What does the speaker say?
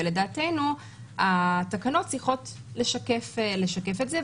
ולדעתנו התקנות צריכות לשקף את זה.